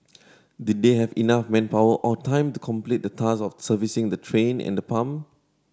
did they have enough manpower or time to complete the task of servicing the train and the pump